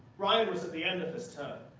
ryan was at the end of his term.